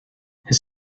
his